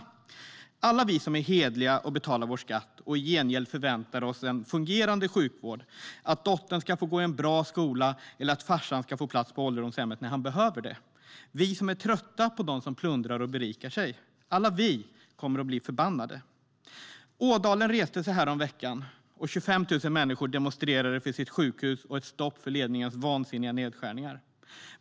Det handlar om alla oss som är hederliga och betalar vår skatt och i gengäld förväntar oss en fungerande sjukvård, att dottern ska få gå i en bra skola eller att farsan ska få plats på ålderdomshemmet när han behöver det. Det handlar om oss som är trötta på dem som plundrar och berikar sig. Alla vi kommer att bli förbannade. Ådalen reste sig häromveckan - 25 000 människor demonstrerade för sitt sjukhus och ett stopp för ledningens vansinniga nedskärningar.